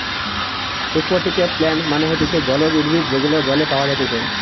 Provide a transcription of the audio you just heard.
একুয়াটিকে প্লান্টস মানে হতিছে জলজ উদ্ভিদ যেগুলো জলে পাওয়া যাইতেছে